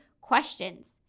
questions